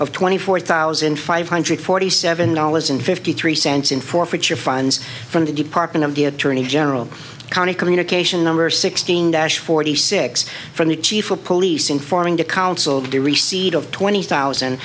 of twenty four thousand five hundred forty seven dollars and fifty three cents in forfeiture fines from the department of the attorney general county communication number sixteen dash forty six from the chief of police informing the council of the receipt of twenty thousand